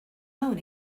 own